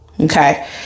Okay